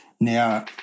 now